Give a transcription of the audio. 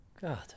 God